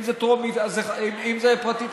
אם זה פרטית,